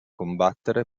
combattere